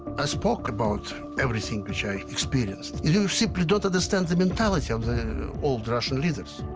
i spoke about everything which i experienced. you simply don't understand the mentality of the old russian leaders.